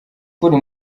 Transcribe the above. ukuri